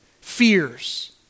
fears